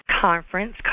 conference